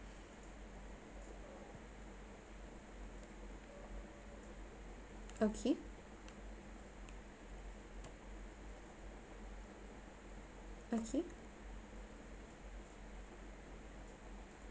okay okay